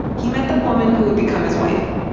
he met the woman who would become his wife,